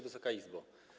Wysoka Izbo!